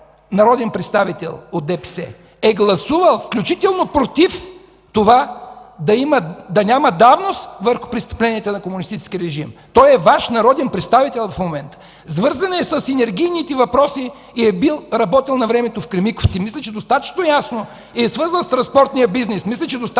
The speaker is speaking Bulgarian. народен представител от ДПС, е гласувал, включително против това да няма давност върху престъпленията на комунистическия режим. Той е Ваш народен представител в момента. Свързан е с енергийните въпроси и е работил навремето в „Кремиковци”, и е свързан с транспортния бизнес. Мисля, че е достатъчно